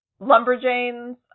Lumberjanes